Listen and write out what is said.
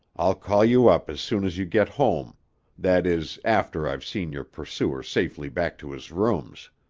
i'll call you up as soon as you get home that is, after i've seen your pursuer safely back to his rooms.